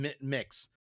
mix